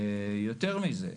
יותר מזה,